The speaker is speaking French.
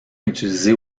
utilisé